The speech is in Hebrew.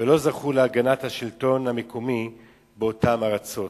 ולא זכו להגנת השלטון המקומי באותן ארצות.